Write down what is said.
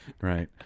right